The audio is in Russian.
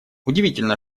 удивительно